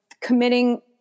committing